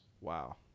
Wow